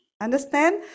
Understand